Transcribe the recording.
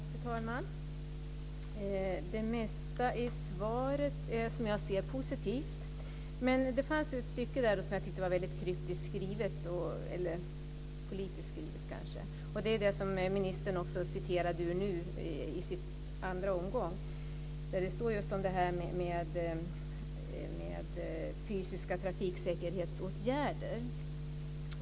Fru talman! Det mesta i svaret är positivt, som jag ser det. Men det finns ett stycke som är kryptiskt skrivet, eller kanske politiskt skrivet. Det var det som ministern citerade i den andra omgången, där det talas om fysiska trafiksäkerhetsåtgärder.